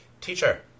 Teacher